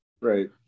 right